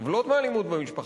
סובלות מאלימות במשפחה,